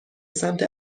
سمت